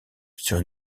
sur